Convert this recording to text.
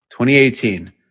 2018